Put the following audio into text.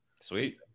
sweet